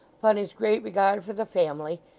upon his great regard for the family,